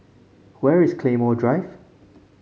where is Claymore Drive